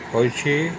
ହୋଇଛି